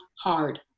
hard